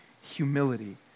humility